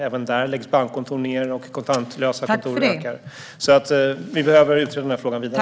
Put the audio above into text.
Även där läggs bankkontor ned, och kontantlösa kontor ökar. Vi behöver utreda denna fråga vidare.